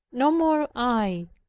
no more i,